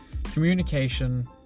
communication